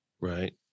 right